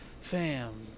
fam